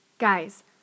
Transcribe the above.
Guys